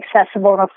accessible